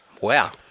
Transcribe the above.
Wow